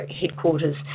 headquarters